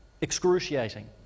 excruciating